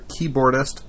keyboardist